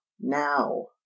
now